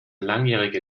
langjährige